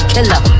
Killer